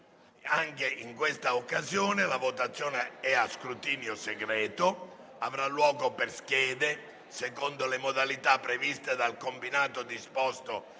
Anche in questa occasione la votazione, a scrutinio segreto, avrà luogo per schede, secondo le modalità previste dal combinato disposto